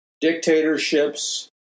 dictatorships